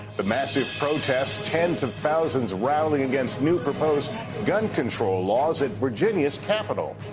the massive protest, tens of thousands rallying against new proposed gun control laws at virginia's capital.